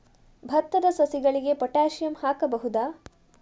ಭತ್ತದ ಸಸಿಗಳಿಗೆ ಪೊಟ್ಯಾಸಿಯಂ ಹಾಕಬಹುದಾ?